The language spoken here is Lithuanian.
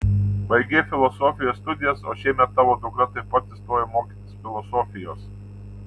baigei filosofijos studijas o šiemet tavo dukra taip pat įstojo mokytis filosofijos